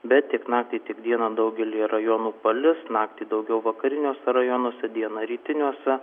bet tiek naktį tiek dieną daugelyje rajonų palis naktį daugiau vakariniuose rajonuose dieną rytiniuose